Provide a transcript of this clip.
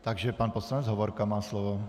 Takže pan poslanec Hovorka má slovo.